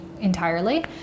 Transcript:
entirely